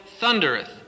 thundereth